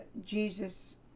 Jesus